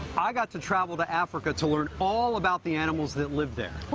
i got to travel to africa to learn all about the animals that live there. whoo.